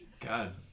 god